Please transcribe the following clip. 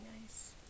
nice